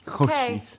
Okay